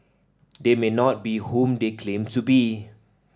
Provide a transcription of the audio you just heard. they may not be whom they claim to be